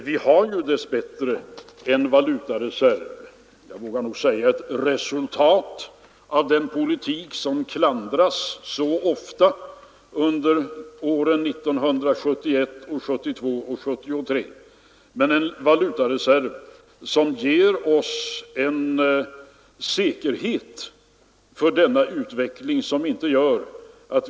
Vi har dess bättre en valutareserv — ett resultat, vågar jag säga, av den politik som fördes under åren 1971, 1972 och 1973 och som så ofta klandras — som ger oss en viss säkerhet.